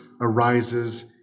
arises